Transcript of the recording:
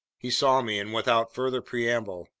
he saw me, and without further preamble